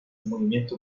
movimiento